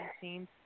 scenes